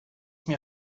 mir